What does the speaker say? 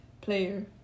player